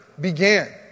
began